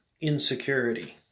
insecurity